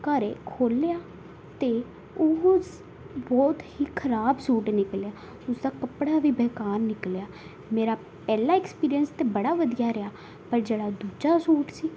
ਘਰ ਖੋਲਿਆ ਤਾਂ ਉਹ ਸ ਬਹੁਤ ਹੀ ਖ਼ਰਾਬ ਸੂਟ ਨਿਕਲਿਆ ਉਸ ਦਾ ਕੱਪੜਾ ਵੀ ਬੇਕਾਰ ਨਿਕਲਿਆ ਮੇਰਾ ਪਹਿਲਾ ਐਕਸਪੀਰੀਐਂਸ ਤਾਂ ਬੜਾ ਵਧੀਆ ਰਿਹਾ ਪਰ ਜਿਹੜਾ ਦੂਜਾ ਸੂਟ ਸੀ